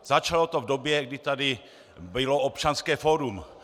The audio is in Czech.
Začalo to v době, kdy tady bylo Občanské fórum.